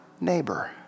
Neighbor